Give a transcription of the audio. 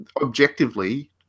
objectively